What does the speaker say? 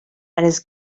his